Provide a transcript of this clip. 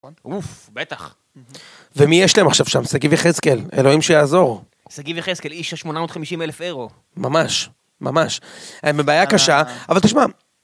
בטח ומי יש להם עכשיו שם? שגיב יחזקאל אלוהים שיעזור, שגיב יחזקאל איש של 850 אלף אירו. ממש ממש. הם בבעיה קשה אבל תשמע..